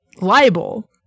libel